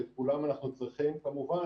ואת כולם אנחנו צריכים כמובן,